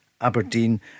Aberdeen